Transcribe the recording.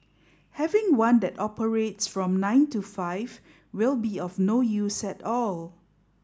having one that operates from nine to five will be of no use at all